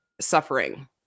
suffering